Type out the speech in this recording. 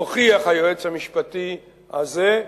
הוכיח היועץ המשפטי הזה,